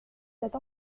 cette